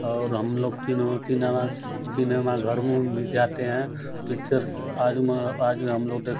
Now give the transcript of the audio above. और हम लोग तिने तिनेमा सिनेमाघर में भी जाते हैं पिक्चर आज आज भी हम लोग देखते हैं